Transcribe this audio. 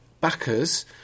backers